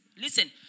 listen